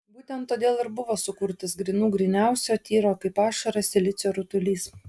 būtent todėl ir buvo sukurtas grynų gryniausio tyro kaip ašara silicio rutulys